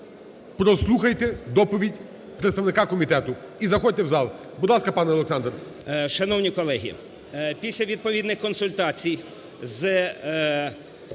прослухайте доповідь представника комітету. і заходьте в зал. Будь ласка, пане Олександр.